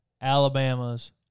Alabama's